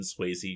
Swayze